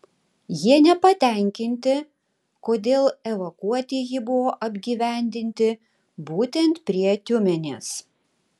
jie nepatenkinti kodėl evakuotieji buvo apgyvendinti būtent prie tiumenės